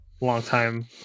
longtime